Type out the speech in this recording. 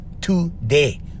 Today